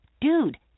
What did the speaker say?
dude